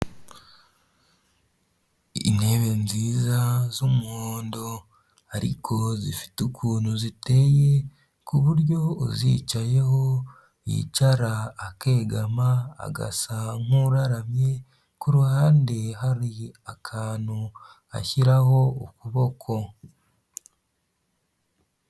Intebe nziza z'umuhondo ariko zifite ukuntu ziteye kuburyo uzicayeho yicara akegama agasa nkuraramye kuruhande hari akantu ashyiraho ukuboko.